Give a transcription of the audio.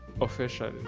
official